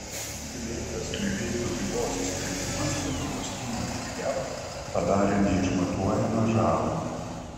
lėtas lileikio bylos sprendimas lietuvos įvaizdžiui jav padarė neišmatuojamą žalą